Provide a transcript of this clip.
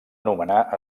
anomenar